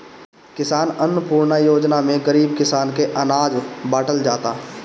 किसान अन्नपूर्णा योजना में गरीब किसान के अनाज बाटल जाता